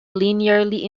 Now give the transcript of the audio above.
linearly